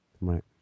Right